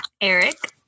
Eric